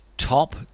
top